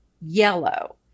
yellow